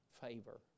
favor